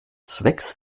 zwecks